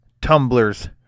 tumblers